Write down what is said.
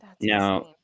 Now